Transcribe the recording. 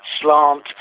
slant